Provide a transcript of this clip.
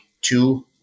two